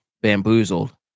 bamboozled